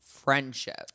friendship